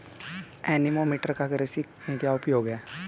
Anemometer का कृषि में क्या उपयोग है?